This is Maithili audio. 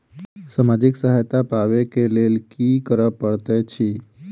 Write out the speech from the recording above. सामाजिक सहायता पाबै केँ लेल की करऽ पड़तै छी?